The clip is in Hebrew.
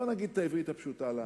בואו נגיד את זה בעברית פשוטה לעם.